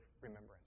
remembrance